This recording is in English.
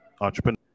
entrepreneur